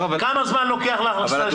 כמה זמן לוקח לך לעשות?